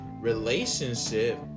relationship